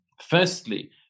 firstly